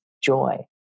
joy